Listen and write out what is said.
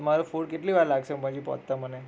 તમારો ફૂડ કેટલી વાર લાગશે હજી પહોંચતા મને